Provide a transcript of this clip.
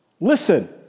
Listen